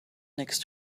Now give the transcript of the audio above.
next